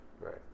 Right